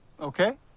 Okay